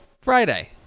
Friday